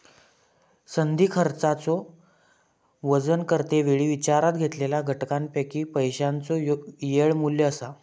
संधी खर्चाचो वजन करते वेळी विचारात घेतलेल्या घटकांपैकी पैशाचो येळ मू्ल्य असा